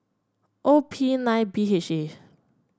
O P nine B H A